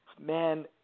man